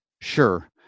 Sure